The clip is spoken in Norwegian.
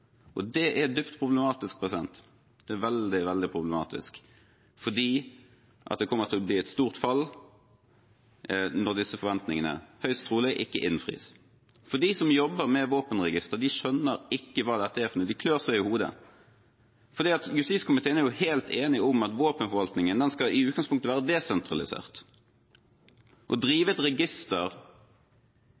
Det er dypt problematisk – det er veldig, veldig problematisk fordi det kommer til å bli et stort fall når disse forventningene høyst trolig ikke innfris. De som jobber med våpenregister, skjønner ikke hva dette er for noe, de klør seg i hodet. Justiskomiteen er helt enig om at våpenforvaltningen i utgangspunktet skal være desentralisert. Å drive et register